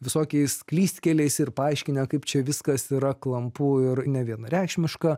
visokiais klystkeliais ir paaiškinę kaip čia viskas yra klampu ir nevienareikšmiška